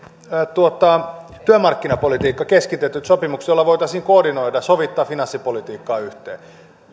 työmarkkinapolitiikka keskitetyt sopimukset joilla voitaisiin koordinoida sovittaa finanssipolitiikkaa yhteen